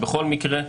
בכל מקרה,